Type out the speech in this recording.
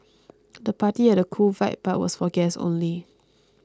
the party had a cool vibe but was for guests only